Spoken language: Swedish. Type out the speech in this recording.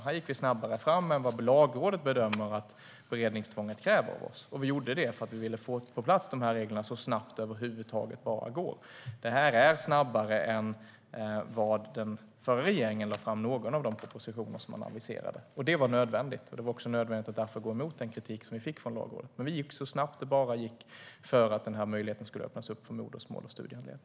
Här gick vi snabbare fram än Lagrådet bedömer att beredningstvånget kräver, och vi gjorde det för att vi ville få dessa regler på plats så snabbt det bara gick. Detta gjorde vi snabbare än den tidigare regeringen lade fram någon av sina propositioner, och det var nödvändigt. Därför var det också nödvändigt att gå emot den kritik vi fick från Lagrådet. Vi gjorde detta så snabbt det bara gick, för att denna möjlighet skulle öppnas för modersmål och studiehandledning.